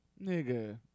nigga